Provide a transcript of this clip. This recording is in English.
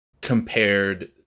compared